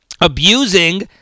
abusing